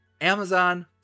Amazon